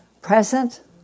present